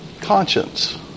conscience